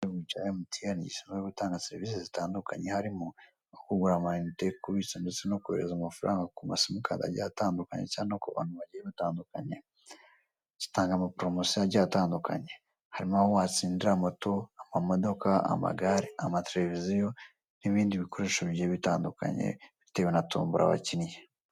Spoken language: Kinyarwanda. Icyicaro cya Emutiyeni gishinzwe gutanga serivisi zitandukanye. Harimo: kugura amayinite, kubitsa ndetse no kohereza amafaranga ku masimukadi cyangwa no ku bantu batandukanye. Gitanga amaporomosiyo atandukanye: harimo aho watsindira moto, amamodoka, amagare, amatereviziyo n'ibindi bikoresho bigiye bitandukanye, bitewe na tombora wakinnye.